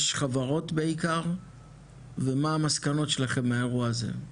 חברות בעיקר ומה המסקנות שלכם מהאירוע הזה.